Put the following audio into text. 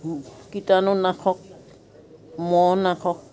কীটাণুনাশক মহনাশক